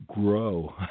grow